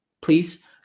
please